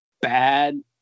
bad